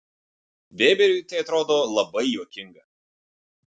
vėberiui tai atrodo labai juokinga